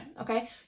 Okay